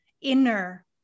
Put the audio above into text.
inner